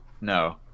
no